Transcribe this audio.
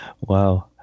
Wow